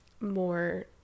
more